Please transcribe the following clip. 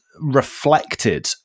reflected